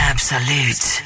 Absolute